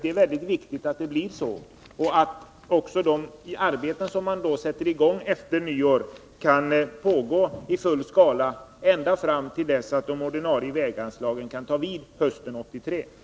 Det är viktigt att det blir så och att de arbeten man sätter i gång efter nyår kan pågå i full utsträckning ända tills de ordinarie väganslagen kan ta vid hösten 1983.